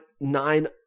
nine